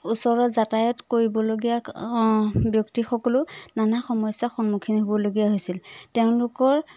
ওচৰত যাতায়ত কৰিবলগীয়া ব্যক্তিসকলে নানা সমস্যাৰ সন্মুখীন হ'বলগীয়া হৈছিল তেওঁলোকৰ